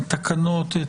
אני מדבר על המצב המשפטי.